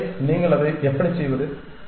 எனவே நீங்கள் அதை எப்படி செய்வது